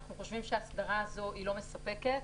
אנחנו חושבים שההסדרה הזאת לא מספקת,